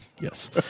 Yes